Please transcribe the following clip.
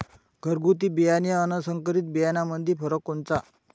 घरगुती बियाणे अन संकरीत बियाणामंदी फरक कोनचा?